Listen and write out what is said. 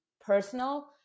personal